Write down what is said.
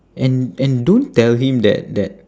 and and don't tell him that that